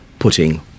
putting